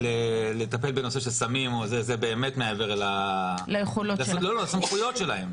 לטפל בנושא של סמים זה באמת מערב לסמכויות שלהם,